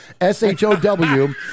S-H-O-W